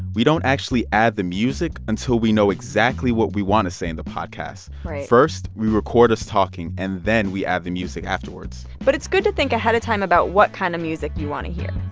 we don't actually add the music until we know exactly what we want to say in the podcast right first, we record us talking and then we add the music afterwards but it's good to think ahead of time about what kind of music you want to hear